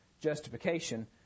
justification